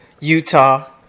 Utah